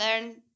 learn